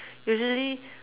usually